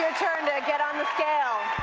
turn to get on the scale.